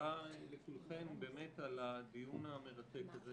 ותודה לכולכן על הדיון המרתק הזה,